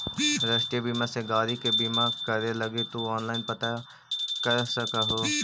राष्ट्रीय बीमा से गाड़ी के बीमा करे लगी तु ऑनलाइन पता कर सकऽ ह